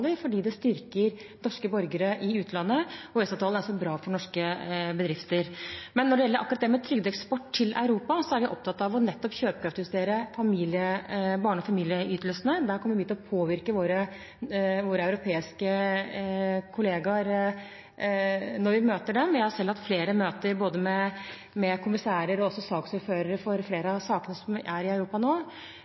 fordi det styrker norske borgere i utlandet. EØS-avtalen er også bra for norske bedrifter. Når det gjelder akkurat det med trygdeeksport til Europa, er vi opptatt av nettopp å kjøpekraftsjustere barne- og familieytelsene, og der kommer vi til å påvirke våre europeiske kollegaer når vi møter dem. Jeg har selv hatt flere møter både med kommissærer og også saksordførere for flere av sakene som er i Europa nå.